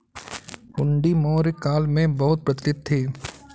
हुंडी मौर्य काल में बहुत प्रचलित थी